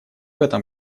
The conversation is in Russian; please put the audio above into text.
этом